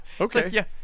Okay